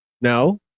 no